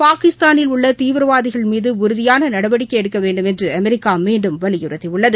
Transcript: பாகிஸ்தானில் உள்ள தீவிரவாதிகள் மீது உறுதியாள நடவடிக்கை எடுக்க வேண்டும் என்று அமெரிக்கா மீண்டும் வலியுறுத்தி கூறியுள்ளது